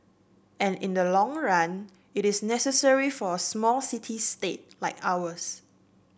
and in the long run it is necessary for a small city state like ours